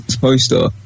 poster